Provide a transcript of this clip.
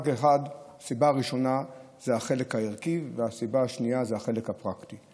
הסיבה הראשונה זה החלק הערכי והסיבה השנייה זה החלק הפרקטי.